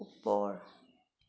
ওপৰ